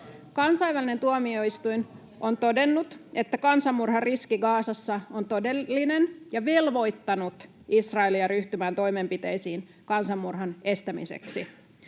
Kansainvälinen tuomioistuin on todennut, että kansanmurhan riski Gazassa on todellinen, ja velvoittanut Israelia ryhtymään toimenpiteisiin kansanmurhan estämiseksi.